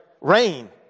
Rain